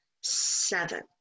seven